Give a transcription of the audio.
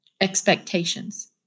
Expectations